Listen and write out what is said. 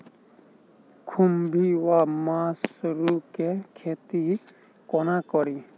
खुम्भी वा मसरू केँ खेती कोना कड़ी?